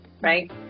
Right